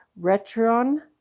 Retron